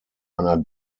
einer